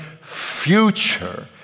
future